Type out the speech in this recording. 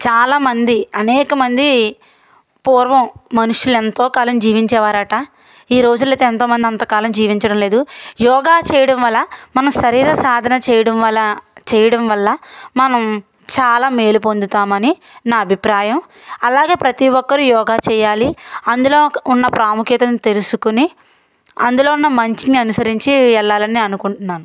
చాలామంది అనేకమంది పూర్వం మనుషులు ఎంతో కాలం జీవించేవారట ఈ రోజుల్లో ఎంతో మంది అంతకాలం జీవించడం లేదు యోగా చేయడం వల్ల మన శరీర సాధన చేయడం వల్ల చేయడం వల్ల మనం చాలా మేలు పొందుతామని నా అభిప్రాయం అలాగే ప్రతి ఒక్కరు యోగా చేయాలి అందులో ఒక ఉన్న ప్రాముఖ్యతను తెలుసుకొని అందులో ఉన్న మంచిని అనుసరించి వెళ్ళాలని అనుకుంటున్నాను